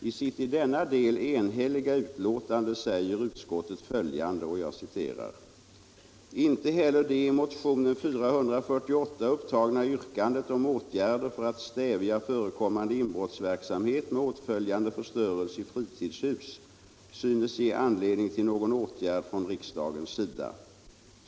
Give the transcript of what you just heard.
I sitt i denna del enhälliga betänkande säger utskottet följande: ”Inte heller det i motionen 448 upptagna yrkandet om åtgärder för att stävja förekommande inbrottsverksamhet med åtföljande förstörelse i fritidshus synes ge anledning till någon åtgärd från riksdagens sida.